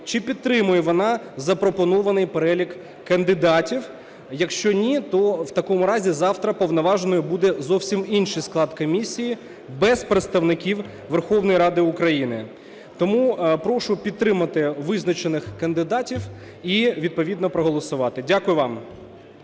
чи підтримує вона запропонований перелік кандидатів. Якщо ні, то в такому разі завтра повноважним буде зовсім інший склад комісії без представників Верховної Ради України. Тому прошу підтримати визначених кандидатів і відповідно проголосувати. Дякую вам.